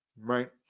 Right